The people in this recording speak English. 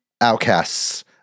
outcasts